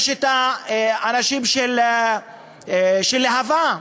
יש האנשים של להב"ה,